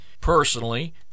personally